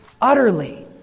utterly